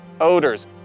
Odors